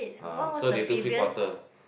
ah so they do three quarter